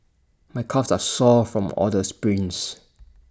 my calves are sore from all the sprints